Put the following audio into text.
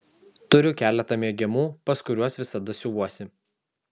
turiu keletą mėgiamų pas kuriuos visada siuvuosi